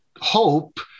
hope